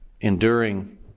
enduring